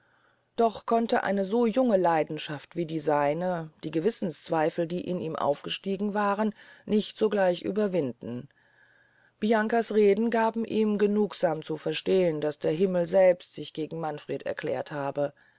doch konnte eine so junge leidenschaft wie die seinige die gewissenszweifel die in ihm aufgestiegen waren nicht sogleich überwinden bianca's reden gaben ihm genugsam zu verstehn daß der himmel selbst sich gegen manfred erklärt habe